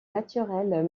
naturelles